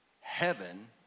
heaven